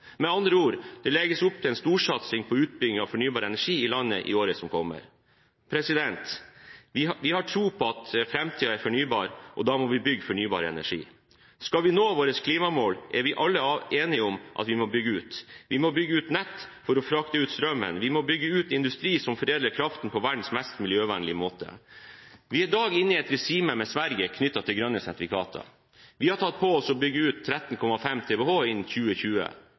og andre fornybare energiformer. Med andre ord: Det legges opp til en storsatsing på utbygging av fornybar energi i landet i året som kommer. Vi har tro på at framtiden er fornybar, og da må vi bygge fornybar energi. Skal vi nå våre klimamål, er vi alle enige om at vi må bygge ut. Vi må bygge ut nett for å frakte ut strømmen, vi må bygge ut industri som foredler kraften på verdens mest miljøvennlige måte. Vi er i dag inne i et regime med Sverige knyttet til grønne sertifikater. Vi har tatt på oss å bygge ut 13,5 TWh innen 2020.